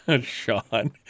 Sean